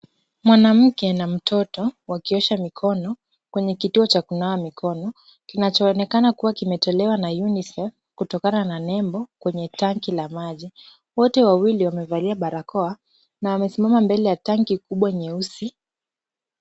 Mwanamke na mtoto, wakiosha mikono kwenye kituo cha kunawa mikono ,kinachoonekana kuwa kimetolewa na UNICEF kutokana na nembo kwenye tanki la maji , wote wawili wamevalia barakoa na amesimama mbele ya tanki kubwa nyeusi .